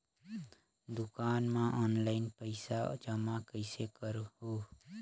दुकान म ऑनलाइन पइसा जमा कइसे करहु?